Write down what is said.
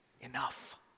enough